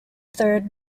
third